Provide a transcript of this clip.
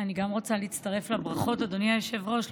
גם אני רוצה להצטרף לברכות, אדוני היושב-ראש.